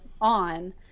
on